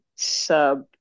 Sub